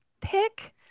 pick